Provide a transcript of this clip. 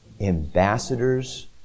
Ambassadors